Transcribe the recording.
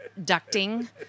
ducting